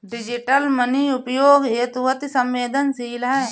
digital money उपयोग हेतु अति सवेंदनशील है